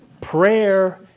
prayer